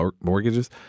mortgages